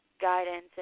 guidance